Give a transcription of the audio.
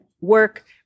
work